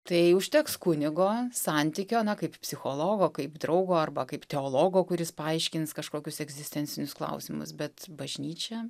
tai užteks kunigo santykio na kaip psichologo kaip draugo arba kaip teologo kuris paaiškins kažkokius egzistencinius klausimus bet bažnyčia